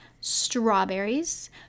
strawberries